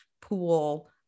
pool